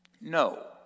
No